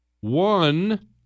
One